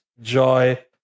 joy